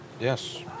Yes